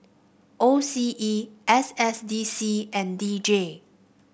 O C E S S D C and D J